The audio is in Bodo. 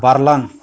बारलां